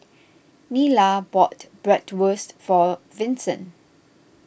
Nila bought Bratwurst for Vincent